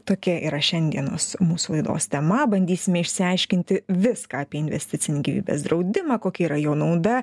tokia yra šiandienos mūsų laidos tema bandysime išsiaiškinti viską apie investicinį gyvybės draudimą kokia yra jo nauda